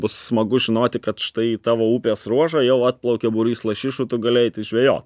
bus smagu žinoti kad štai tavo upės ruožą jau atplaukė būrys lašišų tu gali eiti žvejo